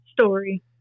Story